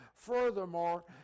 Furthermore